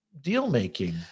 deal-making